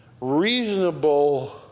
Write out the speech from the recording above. reasonable